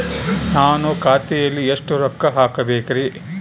ನಾನು ಖಾತೆಯಲ್ಲಿ ಎಷ್ಟು ರೊಕ್ಕ ಹಾಕಬೇಕ್ರಿ?